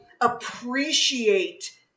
appreciate